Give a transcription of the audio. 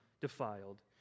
defiled